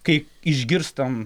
kai išgirstam